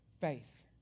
faith